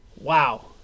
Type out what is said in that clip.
Wow